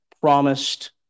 promised